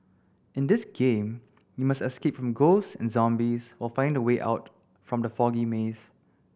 in this game you must escape from ghosts and zombies while finding the way out from the foggy maze